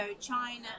China